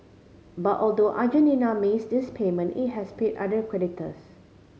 but although Argentina miss this payment it has paid other creditors